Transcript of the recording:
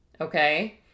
Okay